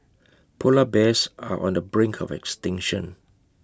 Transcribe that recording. Polar Bears are on the brink of extinction